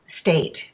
state